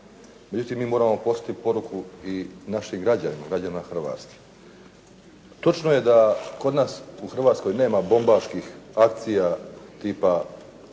Vidite mi moramo poslati poruku i našim građanima, građanima Hrvatske. Točno je da kod nas u Hrvatskoj nema bombaških akcija tipa